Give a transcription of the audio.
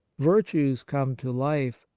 virtues come to life,